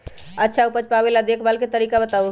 अच्छा उपज पावेला देखभाल के तरीका बताऊ?